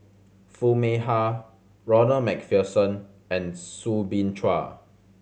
Foo Mee Har Ronald Macpherson and Soo Bin Chua